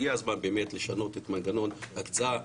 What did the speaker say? הגיע הזמן באמת לשנות את מנגנון ההקצאה.